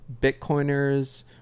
Bitcoiners